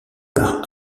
par